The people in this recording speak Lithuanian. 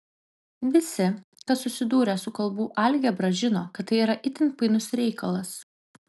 visi kas susidūrę su kalbų algebra žino kad tai yra itin painus reikalas